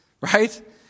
right